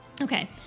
okay